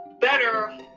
better